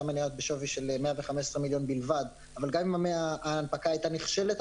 מניות בשווי של 115 מיליון בלבד אבל גם אם ההנפקה הייתה נכשלת,